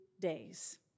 days